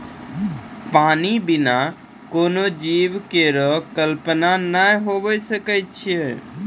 पानी बिना कोनो जीवन केरो कल्पना नै हुए सकै छै?